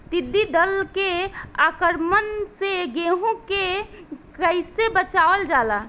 टिडी दल के आक्रमण से गेहूँ के कइसे बचावल जाला?